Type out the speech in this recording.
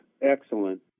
excellent